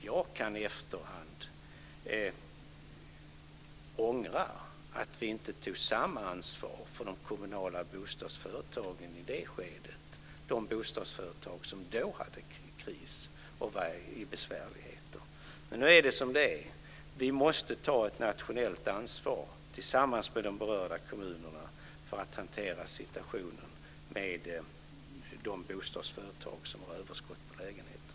Jag kan i efterhand ångra att vi inte tog samma ansvar för de kommunala bostadsföretagen i det skedet - de bostadsföretag som då hade kris och var i besvärligheter. Men nu är det som det är. Vi måste ta ett nationellt ansvar tillsammans med de berörda kommunerna för att hantera situationen med de bostadsföretag som har överskott på lägenheter.